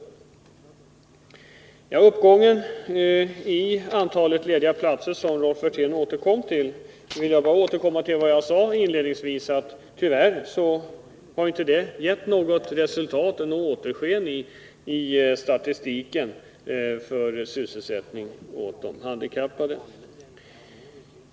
När det gäller uppgången i antalet lediga platser, som Rolf Wirtén återkom till, vill jag upprepa vad jag sade inledningsvis, nämligen att den tyvärr inte har gett något återsken i statistiken över sysselsättning åt de handikappade.